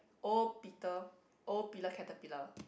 O Peter O pillar caterpillar